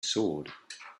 sword